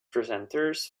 presenters